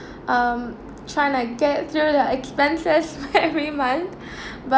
um trying to get through the expenses every month b~